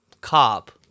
cop